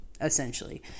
essentially